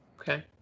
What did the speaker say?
okay